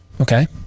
Okay